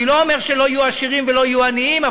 אני לא אומר שלא יהיו עשירים ולא יהיו עניים,